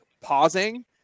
Pausing